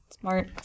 Smart